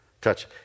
touch